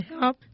help